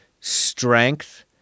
strength